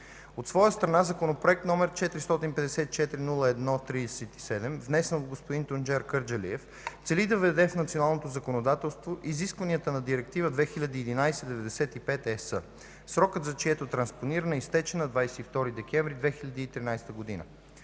От своя страна Законопроект № 454-01-37, внесен от господин Тунчер Кърджалиев, цели да въведе в националното законодателство изискванията на Директива 2011/95/ЕС, срокът за чието транспониране изтече на 22 декември 2013 г.